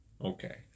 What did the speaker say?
Okay